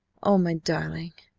oh, my darling!